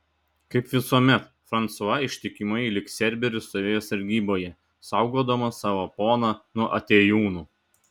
kaip visuomet fransua ištikimai lyg cerberis stovėjo sargyboje saugodamas savo poną nuo atėjūnų